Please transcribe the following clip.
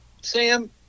Sam